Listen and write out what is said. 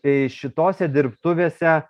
tai šitose dirbtuvėse